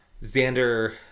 Xander